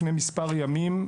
לפני כמה ימים,